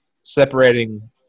separating